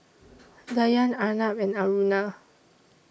Dhyan Arnab and Aruna